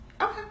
Okay